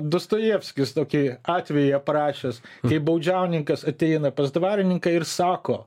dostojevskis tokį atvejį aprašęs kaip baudžiauninkas ateina pas dvarininką ir sako